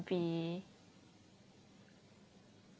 be